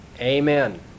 Amen